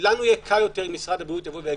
יהיה קל יותר אם משרד הבריאות יגיד: